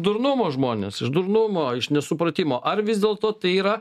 durnumo žmonės iš durnumo iš nesupratimo ar vis dėlto tai yra